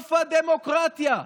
סוף הדמוקרטיה.